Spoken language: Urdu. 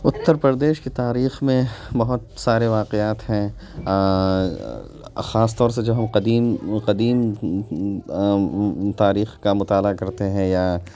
اتّر پردیش کی تاریخ میں بہت سارے واقعات ہیں خاص طور سے جب ہم قدیم قدیم تاریخ کا مطالعہ کرتے ہیں یا